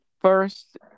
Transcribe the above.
First